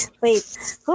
wait